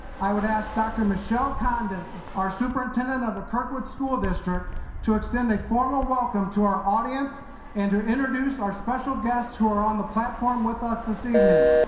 i would ask dr. michelle condon our superintendent of the kirkwood school district to extend a formal welcome to our audience and to introduce our special guests who are on the platform with us this evening.